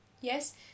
yes